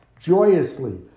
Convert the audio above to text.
joyously